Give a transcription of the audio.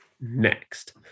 next